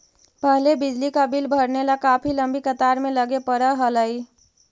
पहले बिजली का बिल भरने ला काफी लंबी कतार में लगे पड़अ हलई